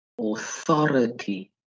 authority